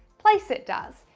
placeit does.